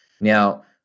Now